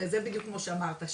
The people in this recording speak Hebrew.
זה בדיוק מה שאמרתי,